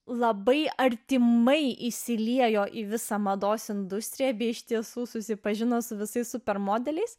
labai artimai įsiliejo į visą mados industriją bei iš tiesų susipažino su visais super modeliais